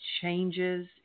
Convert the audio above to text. changes